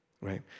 Right